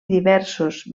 diversos